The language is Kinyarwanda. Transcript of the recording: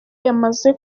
yamaze